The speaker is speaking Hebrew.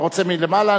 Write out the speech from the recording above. אתה רוצה מלמעלה?